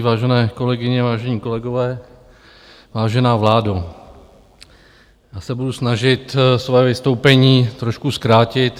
Vážené kolegyně, vážení kolegové, vážená vládo, já se budu snažit své vystoupení trošku zkrátit.